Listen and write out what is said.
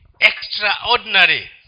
extraordinary